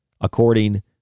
according